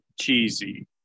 cheesy